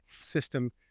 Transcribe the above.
system